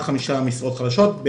חברה בוועדה --- יש נציגה שלכם בוועדה.